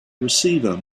receiver